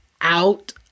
out